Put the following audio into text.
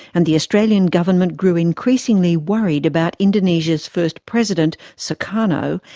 and the australian government grew increasingly worried about indonesia's first president, sukarno,